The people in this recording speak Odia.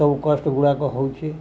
ସବୁ କଷ୍ଟ ଗୁଡ଼ାକ ହେଉଛି